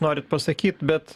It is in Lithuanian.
norit pasakyt bet